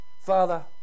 Father